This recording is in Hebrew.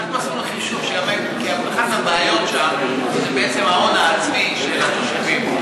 עשינו חישוב שאחת מהבעיות שם זה בעצם ההון העצמי של התושבים.